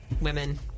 women